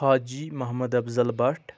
Haji Mohammad Afzal Bhat